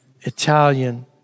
Italian